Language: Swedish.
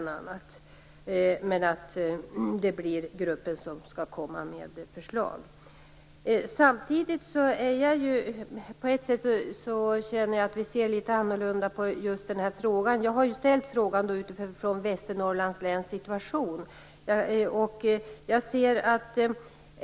Det blir gruppen som får komma med förslag. Samtidigt känner jag att vi ser litet annorlunda på just den här frågan. Jag har ju ställt frågan med utgångspunkt från situationen i Västernorrlands län.